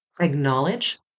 acknowledge